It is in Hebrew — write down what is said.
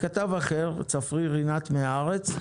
כתב אחר, צפריר רינת מהארץ,